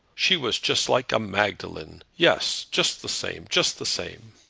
she was just like a magdalen yes, just the same just the same.